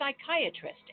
psychiatrist